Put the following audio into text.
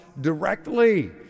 directly